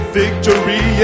victory